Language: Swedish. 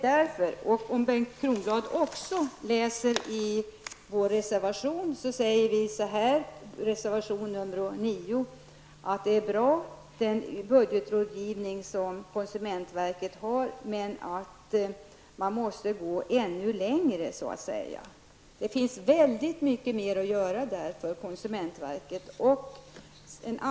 I reservation 9 skriver vi att den budgetrådgivning som konsumentverket har är bra, men att man måste gå ännu längre. Det finns mer att göra för konsumentverket.